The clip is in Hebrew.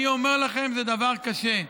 אני אומר לכם, זה דבר קשה.